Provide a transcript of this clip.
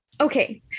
Okay